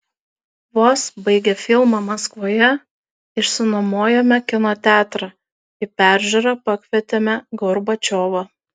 vos baigę filmą maskvoje išsinuomojome kino teatrą į peržiūrą pakvietėme gorbačiovą